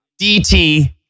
DT